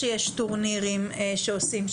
שיש טורנירים שעושים,